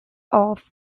off